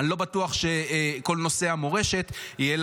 אני לא בטוח שעם כל נושא המורשת יהיה